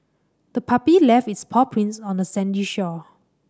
the puppy left its paw prints on the sandy shore